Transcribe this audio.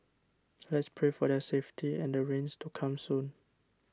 let's pray for their safety and the rains to come soon